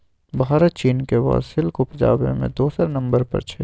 भारत चीनक बाद सिल्क उपजाबै मे दोसर नंबर पर छै